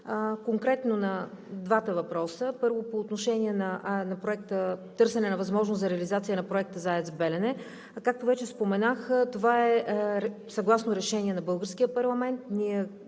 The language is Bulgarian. Конкретно на двата въпроса. Първо, по отношение търсене на възможност за реализация на проекта за АЕЦ „Белене“. Както вече споменах, това е съгласно решение на българския парламент,